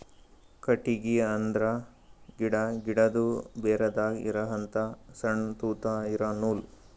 ಕಟ್ಟಿಗಿ ಅಂದ್ರ ಗಿಡಾ, ಗಿಡದು ಬೇರದಾಗ್ ಇರಹಂತ ಸಣ್ಣ್ ತೂತಾ ಇರಾ ನೂಲ್